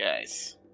guys